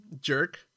jerk